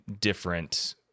different